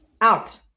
Out